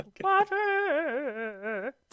water